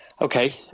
Okay